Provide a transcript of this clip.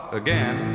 again